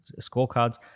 scorecards